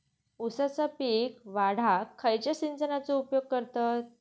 ऊसाचा पीक वाढाक खयच्या सिंचनाचो उपयोग करतत?